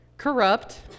Corrupt